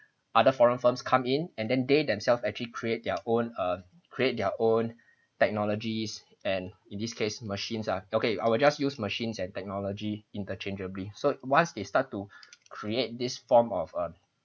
other foreign firms come in and then they themselves actually create their own uh create their own technologies and in this case machines uh okay I will just use machines and technology interchangeably so once they start to create this form of a